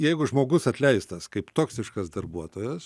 jeigu žmogus atleistas kaip toksiškas darbuotojas